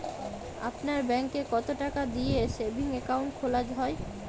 আপনার ব্যাংকে কতো টাকা দিয়ে সেভিংস অ্যাকাউন্ট খোলা হয়?